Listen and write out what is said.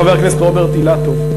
חבר הכנסת רוברט אילטוב,